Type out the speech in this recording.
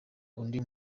undi